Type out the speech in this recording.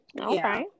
Okay